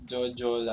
Jojo